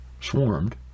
swarmed